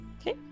Okay